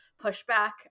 pushback